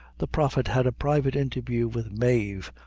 the prophet had a private interview with mave,